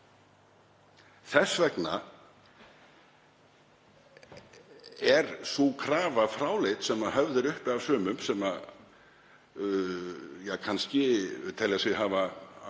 Þess vegna er sú krafa fráleit sem höfð er uppi af sumum, sem kannski telja sig hafa allt